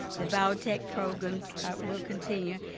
the biotech programs will continue,